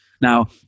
Now